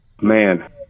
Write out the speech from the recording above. Man